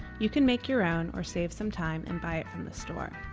you can make your own or save some time and buy it from the store.